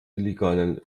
illegalen